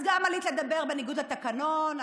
אז גם עלית לדבר בניגוד לתקנון,